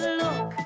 look